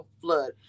Flood